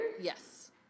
Yes